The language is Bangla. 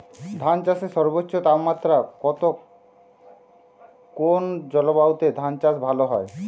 ধান চাষে সর্বোচ্চ তাপমাত্রা কত কোন জলবায়ুতে ধান চাষ ভালো হয়?